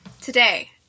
today